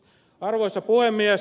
arvoisa puhemies